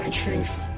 and truth.